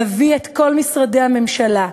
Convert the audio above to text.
להביא את כל משרדי הממשלה,